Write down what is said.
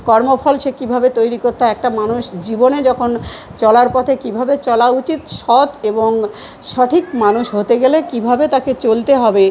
কর্মফল সে কীভাবে তৈরি করতে একটা মানুষ জীবনে যখন চলার পথে কীভাবে চলা উচিত সৎ এবং সঠিক মানুষ হতে গেলে কীভাবে তাকে চলতে হবে